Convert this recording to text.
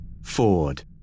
Ford